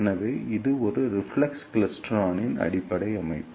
எனவே இது ஒரு ரிஃப்ளெக்ஸ் கிளைஸ்டிரானின் அடிப்படை அமைப்பு